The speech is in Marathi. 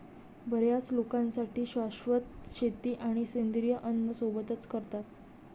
बर्याच लोकांसाठी शाश्वत शेती आणि सेंद्रिय अन्न सोबतच करतात